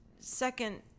Second